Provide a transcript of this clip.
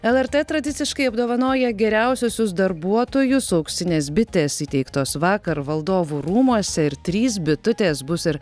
lrt tradiciškai apdovanoja geriausiuosius darbuotojus auksinės bitės įteiktos vakar valdovų rūmuose ir trys bitutės bus ir